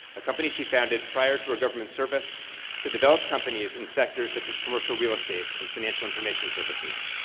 a company she founded prior to her government service to develop companies in sectors such as commercial real estate and financial information services.